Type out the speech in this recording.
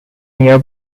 near